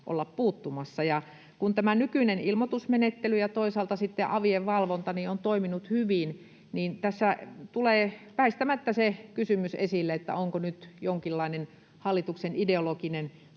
olla puuttumassa. Kun tämä nykyinen ilmoitusmenettely ja toisaalta sitten avien valvonta on toiminut hyvin, niin tässä tulee väistämättä esille se kysymys, onko nyt jonkinlainen hallituksen ideologinen